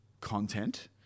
content